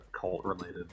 cult-related